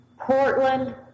Portland